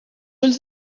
ulls